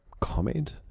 comment